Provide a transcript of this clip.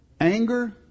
anger